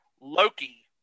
Loki